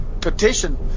petition